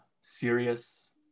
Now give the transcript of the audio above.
serious